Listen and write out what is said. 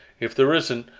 if there isn't,